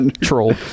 troll